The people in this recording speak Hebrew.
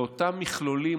הכוונה היא לאותם מכלולים,